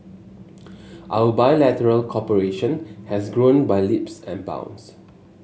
our bilateral cooperation has grown by leaps and bounds